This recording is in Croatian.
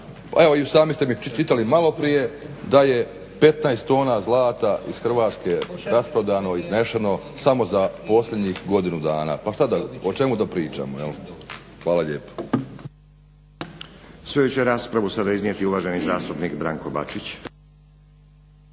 evo i sami ste čitali malo prije da je 15 tona zlata iz Hrvatske rasprodano, iznešeno samo za posljednjih godinu dana. Pa o čemu da pričamo? Hvala lijepo. **Stazić, Nenad (SDP)** Svoju će raspravu sada iznijeti uvaženi zastupnik Branko Bačić.